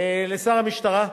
לשר המשטרה,